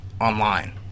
online